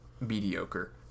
mediocre